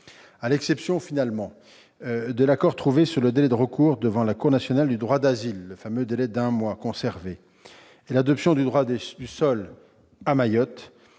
À l'exception de l'accord trouvé sur le délai de recours devant la Cour nationale du droit d'asile, le fameux délai d'un mois, et l'adaptation du droit du sol à Mayotte,